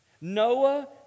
Noah